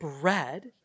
bread